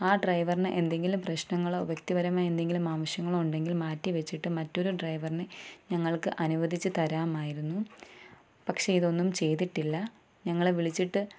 ആ ഡ്രൈവറിന് എന്തെങ്കിലും പ്രശ്നങ്ങളോ വ്യക്തിപരമായി എന്തെങ്കിലും ആവശ്യങ്ങളോ ഉണ്ടെങ്കിൽ മാറ്റി വച്ചിട്ട് മറ്റൊരു ഡ്രൈവറിനെ ഞങ്ങൾക്ക് അനുവദിച്ച് തരാമായിരുന്നു പക്ഷേ ഇതൊന്നും ചെയ്തിട്ടില്ല ഞങ്ങള് വിളിച്ചിട്ട്